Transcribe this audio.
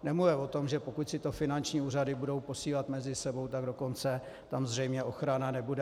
Nemluvě o tom, že pokud si to finanční úřady budou posílat mezi sebou, tak dokonce tam zřejmě ochrana nebude.